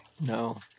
No